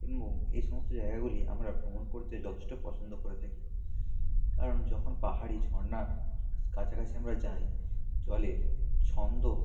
এবং এসমস্ত জায়গাগুলি আমরা ভ্রমণ করতে যথেষ্ট পছন্দ করে থাকি কারণ যখন পাহাড়ি ঝর্ণার কাছাকাছি আমরা যাই জলের ছন্দ